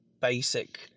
basic